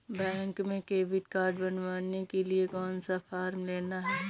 Bank में debit card बनवाने के लिए कौन सा फॉर्म लेना है?